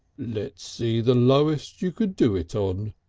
let's see the lowest you could do it on.